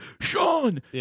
Sean